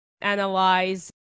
analyze